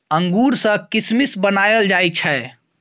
अंगूर सँ किसमिस बनाएल जाइ छै